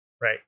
right